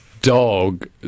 Dog